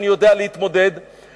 שאני יודע להתמודד עם זה,